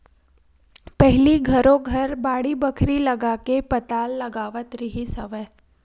पहिली घरो घर बाड़ी बखरी लगाके पताल लगावत रिहिस हवय